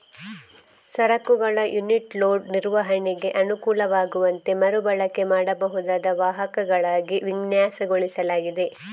ಸರಕುಗಳ unit load ನಿರ್ವಹಣೆಗೆ ಅನುಕೂಲವಾಗುವಂತೆ ಮರು ಬಳಕೆ ಮಾಡಬಹುದಾದ ವಾಹಕಗಳಾಗಿ ವಿನ್ಯಾಸಗೊಳಿಸಲಾಗಿದೆ